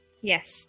Yes